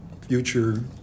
future